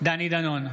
דני דנון,